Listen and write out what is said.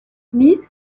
smith